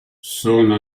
sono